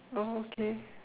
oh okay